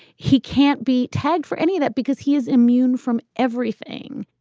he can't be tagged for any of that because he is immune from everything